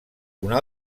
una